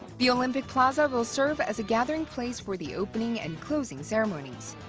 the olympic plaza will serve as a gathering place for the opening and closing ceremonies.